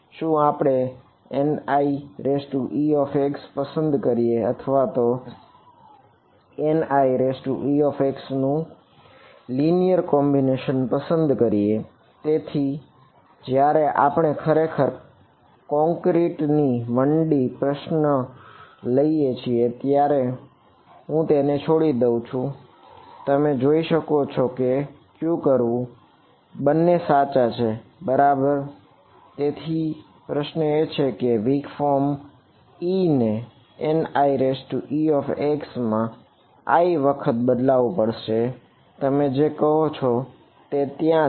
શું આપણે Niex પસંદ કરીએ અથવા Niex નું લિનિયર કોમ્બિનેશન e ને Niex માં i વખત બદલવું પડશે તમે જે કહો છો તે ત્યાં છે